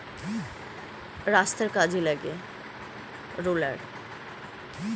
roller হচ্ছে এক রকমের যন্ত্র যেটাতে চাষের মাটিকে ঠিকভাবে সমান বানানো হয়